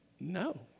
No